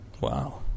Wow